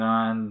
on